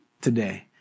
today